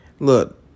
Look